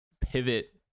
pivot